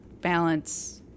balance